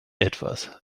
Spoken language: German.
etwas